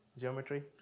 Geometry